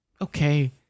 okay